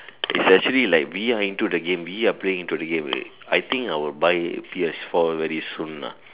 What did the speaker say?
it's actually like we are into the game we are playing into the game already I think I will buy P_S four very soon ah